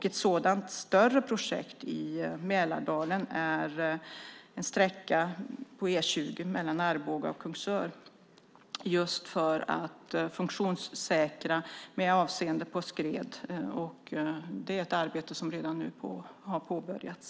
Ett sådant större projekt i Mälardalen är en sträcka på E 20 mellan Arboga och Kungsör där man just funktionssäkrar med avseende på skred. Det är ett arbete som alltså redan har påbörjats.